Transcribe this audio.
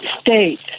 state